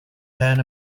pan